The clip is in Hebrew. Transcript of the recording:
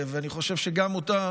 ואני חושב שגם היא,